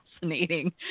fascinating